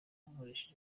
nkoresha